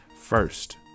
First